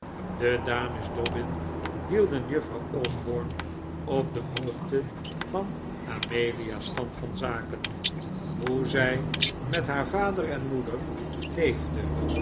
de dames dobbin hielden juffrouw osborne op de hoogte van amelia's stand van zaken hoe zij met haar vader en moeder leefde